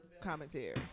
commentary